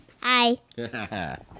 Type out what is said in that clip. Hi